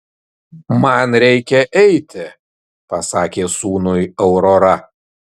man reikia eiti pasakė sūnui aurora